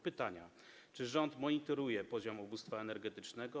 Pytania: Czy rząd monitoruje poziom ubóstwa energetycznego?